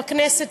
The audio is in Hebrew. בכנסת,